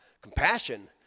compassion